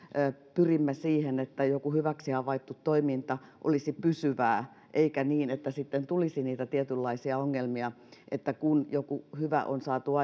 pyrimme siihen että joku hyväksi havaittu toiminta olisi pysyvää eikä niin että sitten tulisi niitä tietynlaisia ongelmia että kun joku hyvä on saatu